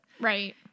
Right